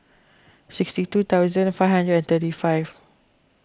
sixty two thousand five hundred and thirty five